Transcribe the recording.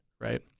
right